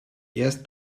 erst